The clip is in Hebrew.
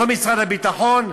לא משרד הביטחון?